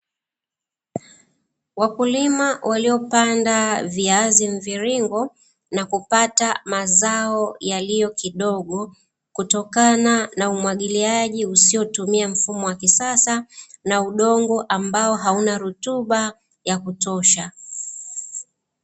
Wakulima waliopanda viazi mviringo na kupata mazao yaliyo kidogo, kutokana na umwagiliaji usiotumia mfumo wa kisasa na udongo ambao hauna rutuba ya kutosha.